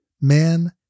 Man